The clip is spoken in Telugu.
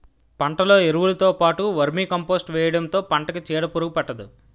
పంటలో ఎరువులుతో పాటు వర్మీకంపోస్ట్ వేయడంతో పంటకి చీడపురుగు పట్టదు